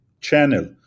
channel